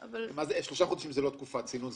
ששלושה חודשים זה לא תקופת צינון,